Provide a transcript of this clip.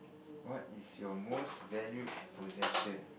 what is your most valued possession